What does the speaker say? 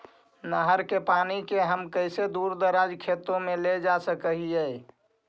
नहर के पानी के हम कैसे दुर दराज के खेतों में ले जा सक हिय?